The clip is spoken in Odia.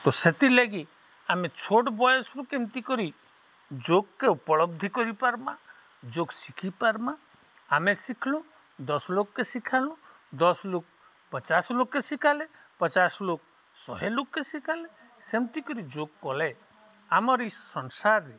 ତ ସେଥିର୍ଲାଗି ଆମେ ଛୋଟ ବୟସରୁ କେମିତି କରି ଯୋଗକେ ଉପଲବ୍ଧି କରିପାରିବା ଯୋଗ ଶିଖିପାରିବା ଆମେ ଶିଖିଲୁ ଦଶ ଲୋକକେ ଶିଖିଲୁ ଦଶ ଲୋକ ପଚାଶ ଲୋକକେ ଶିଖିଲେ ପଚାଶ ଲୋକ ଶହ ଲୋକକେ ଶିଖିଲେ ସେମିତି କରି ଯୋଗ କଲେ ଆମର ଏଇ ସଂସାରରେ